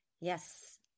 Yes